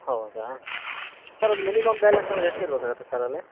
ಹೌದಾ ಸರ್ ಅದು minimum balance ಅಂದ್ರೆ ಎಷ್ಟು ಇರಬೇಕಾಗತ್ತೆ ಸರ್ ಅಲ್ಲಿ